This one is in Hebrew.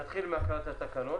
נתחיל בהקראת התקנות.